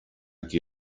qui